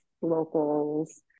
locals